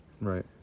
Right